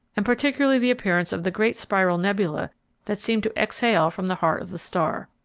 and particularly the appearance of the great spiral nebula that seemed to exhale from the heart of the star.